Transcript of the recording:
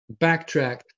backtrack